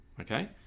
Okay